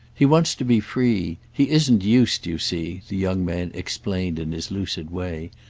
he wants to be free. he isn't used, you see, the young man explained in his lucid way,